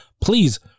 Please